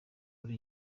muri